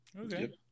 Okay